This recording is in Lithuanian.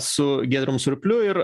su giedrium surpliu ir